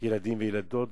ילדים וילדות ונערים.